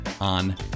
on